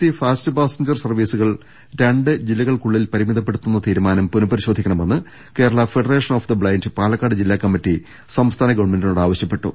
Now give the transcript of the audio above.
C fast passenger സർവീസുകൾ രണ്ട് ജില്ലകൾക്കു ള്ളിൽ പരിമിതപ്പെടുത്തുന്ന തീരുമാനം പുനഃപരിശോധിക്കണമെന്ന് Kerala federation of the blind Palakkad ജില്ലാ കമ്മിറ്റി സംസ്ഥാന ഗവൺമെന്റിനോട് ആവശൃപ്പെട്ടു